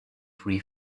free